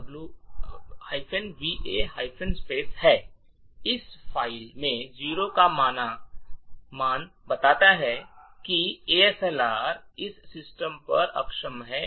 इस फ़ाइल में 0 का मान बताता है कि एएसएलआर इस सिस्टम पर अक्षम है